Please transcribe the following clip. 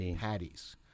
patties